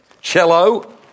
Cello